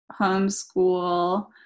homeschool